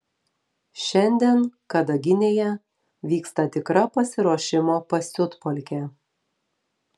šiandien kadaginėje vyksta tikra pasiruošimo pasiutpolkė